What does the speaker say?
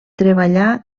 treballà